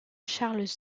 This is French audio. charles